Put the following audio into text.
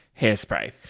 hairspray